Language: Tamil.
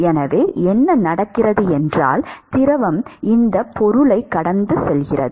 எனவே என்ன நடக்கிறது என்றால் திரவம் இந்த பொருளைக் கடந்து செல்கிறது